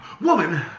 Woman